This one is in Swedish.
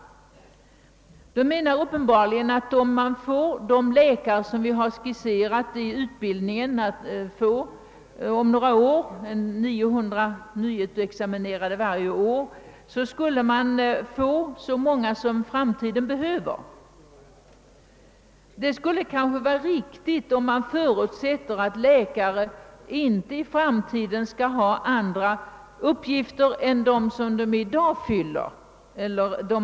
Utskottet menar uppenbarligen att om vi om några år får fram de läkare som skisserats i vår utbildningsplan, d. v. s. 900 nyexaminerade varje år, skulle vi därigenom få så många som framtiden behöver. Detta skulle kanske vara riktigt om man förutsätter att läkarna i framtiden inte skall ha andra uppgifter än dem som de i dag fyller.